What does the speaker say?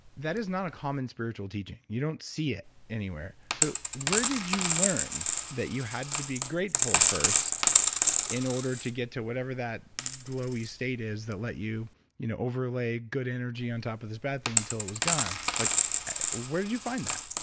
that is not a common spiritual teaching you don't see it anywhere. so where where did you learn that you had to be grateful first in order to get to whatever that glowy state is that let you you know overlay good energy on top of this bad thing until it was gone? like where did you find that?